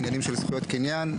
עניינים של זכויות קניין.